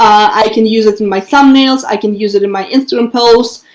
i can use it in my thumbnails. i can use it in my instagram posts,